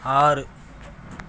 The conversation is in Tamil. ஆறு